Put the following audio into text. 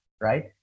right